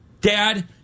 Dad